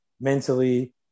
mentally